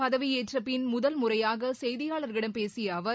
பதவியேற்றப்பின் முதல் முறையாக செய்தியாளர்களிடம் பேசிய அவர்